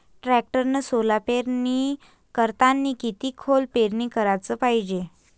टॅक्टरनं सोला पेरनी करतांनी किती खोल पेरनी कराच पायजे?